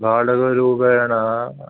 भाटकरूपेण